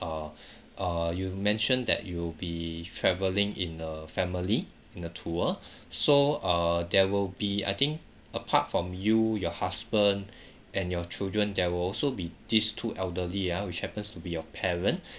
uh uh you've mentioned that you'll be travelling in err family in a tour so err there will be I think apart from you your husband and your children there will also be these two elderly ah which happens to be your parent